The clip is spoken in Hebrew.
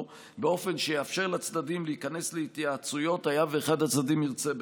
באופן שיאפשר לצדדים להיכנס להתייעצויות היה ואחד הצדדים ירצה בכך.